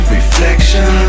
Reflection